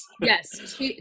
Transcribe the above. Yes